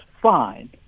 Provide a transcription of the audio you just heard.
fine